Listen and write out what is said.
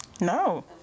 No